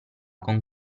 con